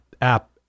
app